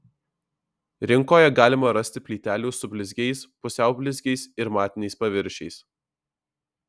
rinkoje galima rasti plytelių su blizgiais pusiau blizgiais ir matiniais paviršiais